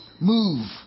move